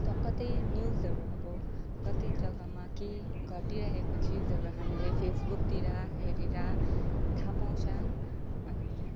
त कतै न्युजहरू अब कति जग्गामा के घटिरहेको चिजहरू हामीले फेसबुकतिर हेरेर थाह पाउँछ अनि